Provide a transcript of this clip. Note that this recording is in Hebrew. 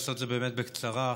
באמת אשתדל לעשות את זה בקצרה.